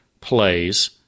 plays